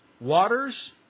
water's